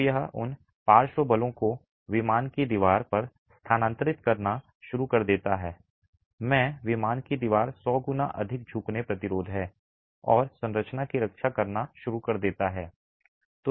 तो यह उन पार्श्व बलों को विमान की दीवार पर स्थानांतरित करना शुरू कर देता है में विमान की दीवार 100 गुना अधिक झुकने प्रतिरोध है और संरचना की रक्षा करना शुरू कर देता है